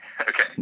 okay